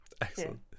excellent